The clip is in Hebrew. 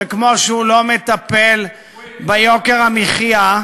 וכמו שהוא לא מטפל ביוקר המחיה,